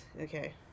Okay